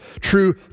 true